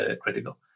critical